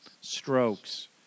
strokes